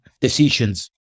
decisions